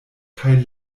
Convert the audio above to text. kaj